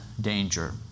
danger